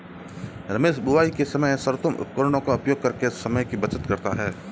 रमेश बुवाई के समय सर्वोत्तम उपकरणों का उपयोग करके समय की बचत करता है